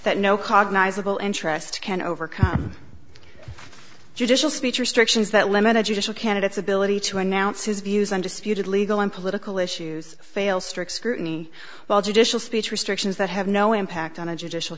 that no cognizable interest can overcome judicial speech restrictions that limited judicial candidates ability to announce his views on disputed legal and political issues fail strict scrutiny while judicial speech restrictions that have no impact on a judicial